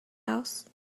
house